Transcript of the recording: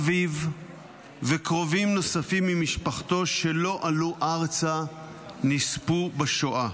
אביו וקרובים נוספים ממשפחתו שלא עלו ארצה נספו בשואה.